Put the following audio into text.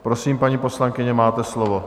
Prosím, paní poslankyně, máte slovo.